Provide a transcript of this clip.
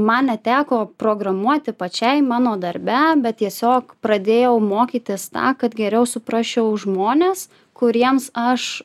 man neteko programuoti pačiai mano darbe bet tiesiog pradėjau mokytis tą kad geriau suprasčiau žmones kuriems aš